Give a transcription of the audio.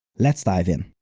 let's dive in.